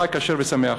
חג כשר ושמח.